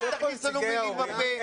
אל תכניס לנו מילים לפה.